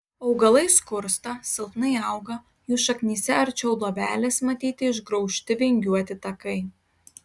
augalai skursta silpnai auga jų šaknyse arčiau luobelės matyti išgraužti vingiuoti takai